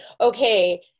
okay